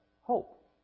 hope